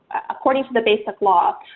according to the basic law,